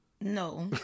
No